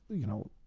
you know,